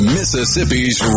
Mississippi's